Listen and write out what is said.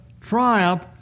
triumph